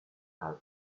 has